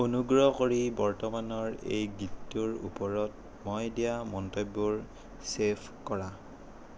অনুগ্ৰহ কৰি বৰ্তমানৰ এই গীতটোৰ ওপৰত মই দিয়া মন্তব্যবোৰ ছে'ভ কৰা